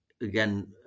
again